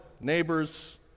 neighbor's